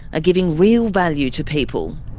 giving real value to people.